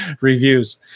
reviews